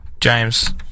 James